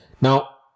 Now